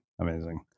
Amazing